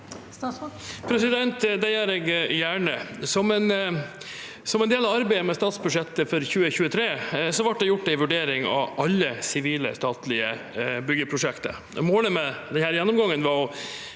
Det gjør jeg gjerne. Som en del av arbeidet med statsbudsjettet for 2023 ble det gjort en vurdering av alle sivile statlige byggeprosjekter. Målet med den gjennomgangen var å